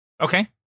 Okay